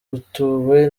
utuwe